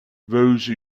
those